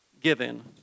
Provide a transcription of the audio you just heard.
given